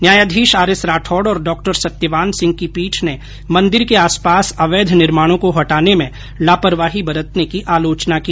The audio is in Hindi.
न्यायाधीश आर एस राठौड और डॉक्टर सत्यवान सिंह की पीठ ने मंदिर के आस पास अवैध निर्माणों को हटाने में लापरवाही बरतने की आलोचना की